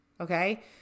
okay